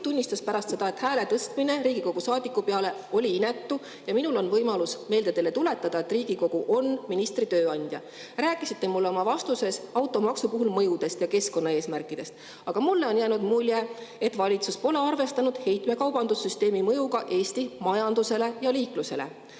tunnistas pärast, et hääletõstmine Riigikogu saadiku peale oli inetu. Ja minul on võimalus teile meelde tuletada, et Riigikogu on ministri tööandja. Te rääkisite mulle oma vastuses automaksu mõjust ja keskkonnaeesmärkidest, aga mulle on jäänud mulje, et valitsus pole arvestanud heitmekaubandussüsteemi mõjuga Eesti majandusele ja liiklusele.